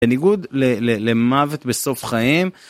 בניגוד למוות בסוף חיים.